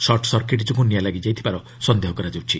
short circuit ଯୋଗୁଁ ନିଆଁ ଲାଗିଥିବାର ସନ୍ଦେହ କରାଯାଉଛି